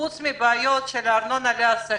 פרט לבעיות של ארנונה לעסקים,